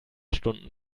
stunden